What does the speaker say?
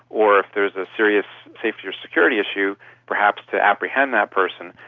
or if there is a serious safety or security issue perhaps to apprehend that person.